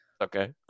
Okay